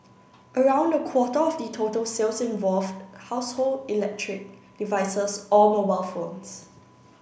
around a quarter of the total sales involved household electric devices or mobile phones